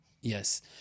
Yes